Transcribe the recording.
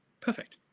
perfect